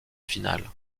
finale